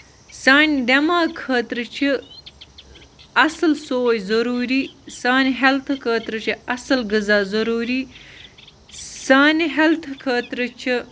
سانہِ دٮ۪ماغہٕ خٲطرٕ چھُ اَصٕل سوز ضروٗری سانہِ ہیٚلتھٕ خٲطرٕ یہِ اَصٕل غزا ضروٗری سانہِ ہیٚلتھٕ خٲطرٕ چھِ